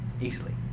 easily